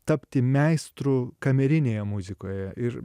tapti meistru kamerinėje muzikoje ir